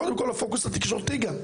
וקודם כל הפוקוס התקשורתי גם.